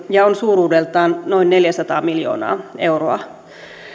ja on suuruudeltaan noin neljäsataa miljoonaa euroa